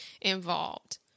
involved